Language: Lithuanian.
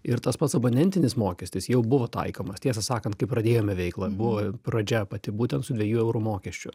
ir tas pats abonentinis mokestis jau buvo taikomas tiesą sakant kai pradėjome veiklą buvo pradžia pati būtent su dviejų eurų mokesčiu